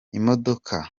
imodoka